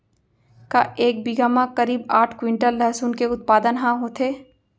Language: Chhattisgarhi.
का एक बीघा म करीब आठ क्विंटल लहसुन के उत्पादन ह होथे?